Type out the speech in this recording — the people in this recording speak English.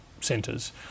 centres